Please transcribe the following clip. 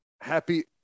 Happy